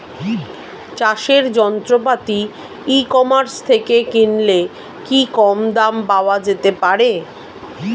চাষের যন্ত্রপাতি e commerce থেকে কিনলে কি দাম কম পাওয়া যেতে পারে?